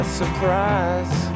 surprise